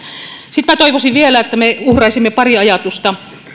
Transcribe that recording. minä toivoisin vielä että me uhraisimme pari ajatusta